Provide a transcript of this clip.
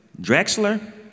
Drexler